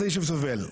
אז הישוב סובל,